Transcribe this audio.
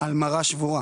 על מראה שבורה.